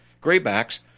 Graybacks